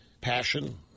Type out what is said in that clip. passion